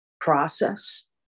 process